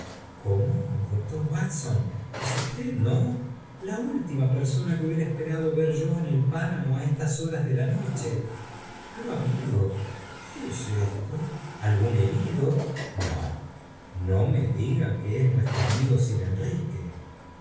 cómo doctor watson es usted no la última persona que hubiera esperado ver yo en el páramo á estas horas de la noche i pero amigo qué es esto algún herido no no rne digan que es juestro amigo sir enrique